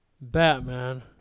Batman